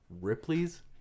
Ripley's